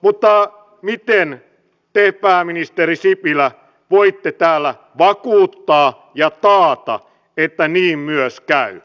mutta miten te pääministeri sipilä voitte täällä vakuuttaa ja taata että niin myös käy